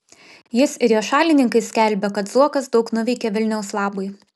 jis ir jo šalininkai skelbia kad zuokas daug nuveikė vilniaus labui